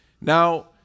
Now